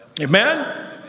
Amen